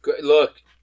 Look